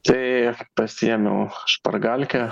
tai pasiėmiau špargalkę